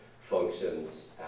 functions